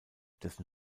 dessen